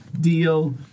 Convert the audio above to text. deal